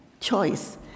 Choice